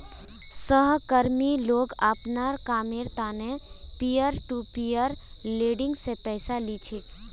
सहकर्मी लोग अपनार कामेर त न पीयर टू पीयर लेंडिंग स पैसा ली छेक